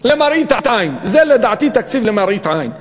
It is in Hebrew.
למראית עין, לדעתי זה תקציב למראית עין,